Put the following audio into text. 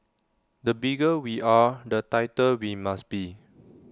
the bigger we are the tighter we must be